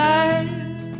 eyes